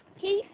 peace